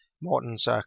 Morton's